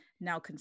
now